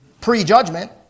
Prejudgment